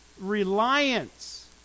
reliance